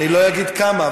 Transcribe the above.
אני לא אגיד כמה,